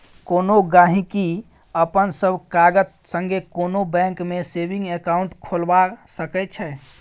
कोनो गहिंकी अपन सब कागत संगे कोनो बैंक मे सेबिंग अकाउंट खोलबा सकै छै